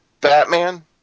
Batman